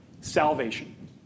salvation